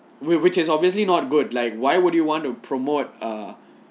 which which is obviously not good like why would you want to promote uh